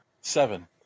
Seven